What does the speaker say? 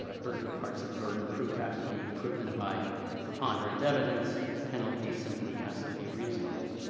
ah burden parts of the burden of proof have to be proven by preponderant evidence. the penalty simply has to be reasonable.